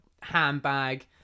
handbag